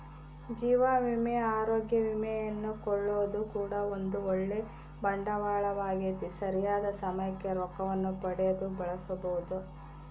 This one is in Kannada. ಜೀವ ವಿಮೆ, ಅರೋಗ್ಯ ವಿಮೆಯನ್ನು ಕೊಳ್ಳೊದು ಕೂಡ ಒಂದು ಓಳ್ಳೆ ಬಂಡವಾಳವಾಗೆತೆ, ಸರಿಯಾದ ಸಮಯಕ್ಕೆ ರೊಕ್ಕವನ್ನು ಪಡೆದು ಬಳಸಬೊದು